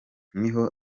niho